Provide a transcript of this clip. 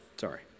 sorry